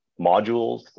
modules